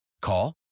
Call